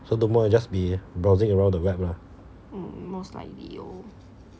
so tomorrow you just be browsing around the web lah